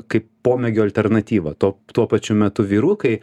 kaip pomėgio alternatyva tuo tuo pačiu metu vyrukai